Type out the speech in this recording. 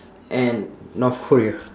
and north korea